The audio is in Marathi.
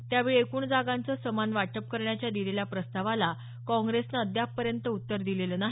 त्यावेळी एकूण जागांचं समान वाटप करण्याच्या दिलेल्या प्रस्तावाला काँग्रेसन अद्यापपर्यंत उत्तर दिलेलं नाही